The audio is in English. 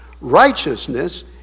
Righteousness